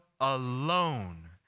alone